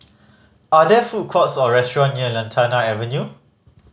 are there food courts or restaurant near Lantana Avenue